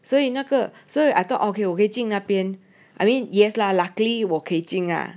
所以那个所以 I thought okay 我可以进那边 I mean yes lah luckily 我可以进啦